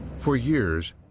for years,